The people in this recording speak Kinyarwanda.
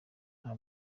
nta